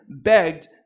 begged